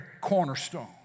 cornerstone